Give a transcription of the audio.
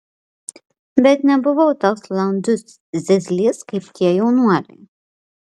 bet nebuvau toks landus zyzlys kaip tie jaunuoliai